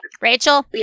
Rachel